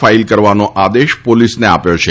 file કરવાનો આદેશ પોલીસને આપ્યા છે